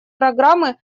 программы